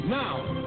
now